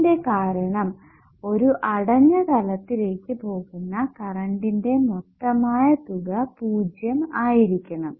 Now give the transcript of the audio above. ഇതിന്റെ കാരണം ഒരു അടഞ്ഞ തലത്തിലേക്ക് പോകുന്ന കറണ്ടിന്റെ മൊത്തമായ തുക 0 ആയിരിക്കണം